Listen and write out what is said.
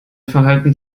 verhalten